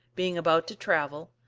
being about to travel,